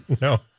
No